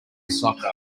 soccer